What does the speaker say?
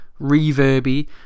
reverby